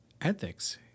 ethics